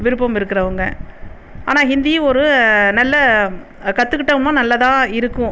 விருப்பம் இருக்கிறவங்க ஆனால் ஹிந்தியும் ஒரு நல்ல கற்றுக்கிட்டோம்னா நல்லாதான் இருக்கும்